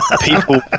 people